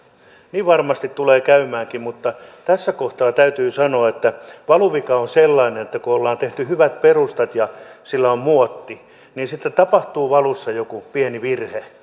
niin varmasti tulee käymäänkin tässä kohtaa täytyy sanoa että valuvika on sellainen että kun on tehty hyvät perustat ja sillä on muotti niin sitten tapahtuu valussa joku pieni virhe